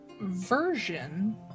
version